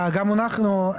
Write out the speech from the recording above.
גם אנחנו,